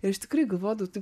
ir aš tikrai galvodavau taip